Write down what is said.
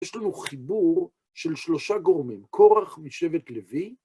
יש לנו חיבור של שלושה גורמים, קורח משבט לוי,